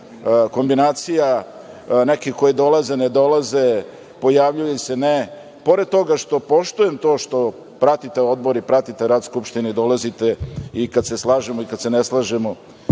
kombinacija, neki koji dolaze, ne dolaze, pojavljuju se, ne. Pored toga što poštujem to što pratite Odbor i pratite rad Skupštine i dolazite i kad se slažemo i kad se ne slažemo,